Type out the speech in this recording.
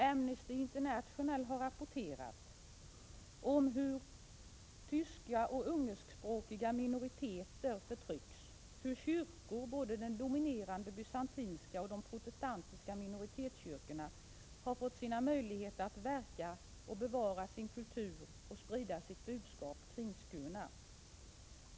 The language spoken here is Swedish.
Amnesty International har rapporterat om hur tyskoch ungerskspråkiga minoriteter förtrycks och om hur kyrkan — både den dominerande bysantinska och de protestantiska minoritetskyrkorna — har fått sina möjligheter att verka, bevara sin kultur och sprida sitt budskap kringskurna.